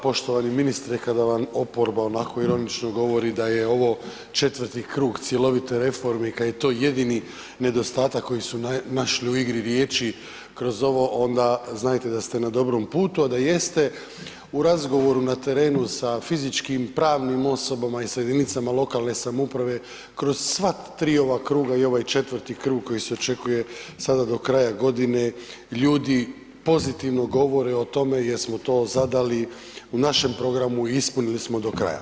Poštovani ministri kada vam oporba onako ironično govori da je ovo 4 krug cjelovite reforme i kad je to jedini nedostatak koji su našli u igri riječi kroz ovo, onda znajte da ste na dobrom putu, a da jeste u razgovoru na terenu sa fizičkim, pravnim osobama i sa jedinicama lokalne samouprave kroz sva tri ova kruga i ovo je četvrti krug koji se očekuje sada do kraja godine, ljudi pozitivno govore o tome jer smo to zadali u našem programu i ispunili smo do kraja.